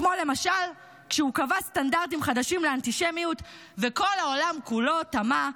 כמו למשל כשהוא קבע סטנדרטים חדשים לאנטישמיות וכל העולם כולו תמה,